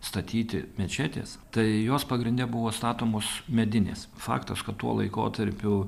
statyti mečetės tai jos pagrinde buvo statomos medinės faktas kad tuo laikotarpiu